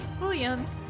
Williams